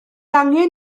angen